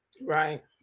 Right